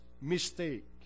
mistake